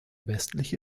westliche